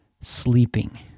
sleeping